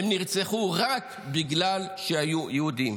הם נרצחו רק בגלל שהיו יהודים,